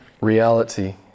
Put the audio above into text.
reality